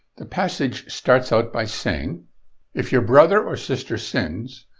the passage starts out by saying if your brother or sister sins,